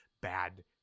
bad